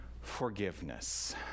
forgiveness